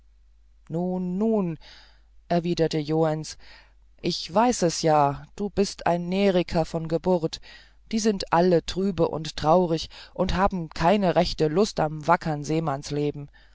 nun nun erwiderte joens ich weiß es ja du bist ein neriker von geburt und die sind alle trübe und traurig und haben keine rechte lust am wackern seemannsleben